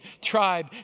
tribe